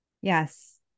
yes